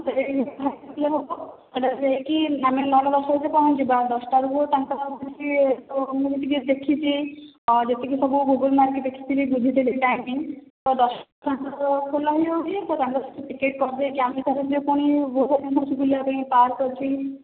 train ରେ ଯାଇକି ଆମେ ନଅଟା ଦଶଟା ବେଳକୁ ପହଞ୍ଚିବା ଦଶଟା ରୁ ପାଞ୍ଚଟା ଯାଏଁ ମିନିଟ୍ ଦେଖିକି ମାନେ ଯେତିକି ସବୁ ଗୁଗଲ୍ ମ୍ୟାପରେ ଦେଖିଥିଲି ବୁଝିଥିଲି ଟାଇମିଂ ତ ଦଶଟାରେ ଖୋଲା ହେଇଯାଉଛି ତ ଆମେ ପାଞ୍ଚ ଦଶ ମିନିଟ୍ ଟିକେ କମେଇକି ଆମେ ପୁଣି ଭୁବନେଶ୍ଵର ଆସିଛେ ବୁଲିବା ପାଇଁ ପୁଣି ପାର୍କ ଅଛି